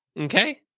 okay